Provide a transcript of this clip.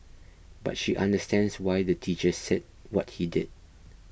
but she understands why the teacher said what he did